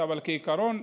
אבל כעיקרון,